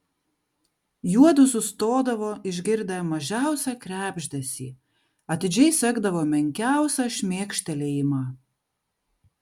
juodu sustodavo išgirdę mažiausią krebždesį atidžiai sekdavo menkiausią šmėkštelėjimą